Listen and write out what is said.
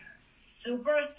super